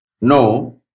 No